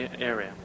area